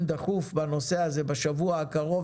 דחוף אם אני מבין בנושא הזה בשבוע הקרוב,